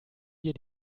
wir